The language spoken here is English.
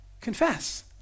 confess